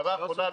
הערה האחרונה,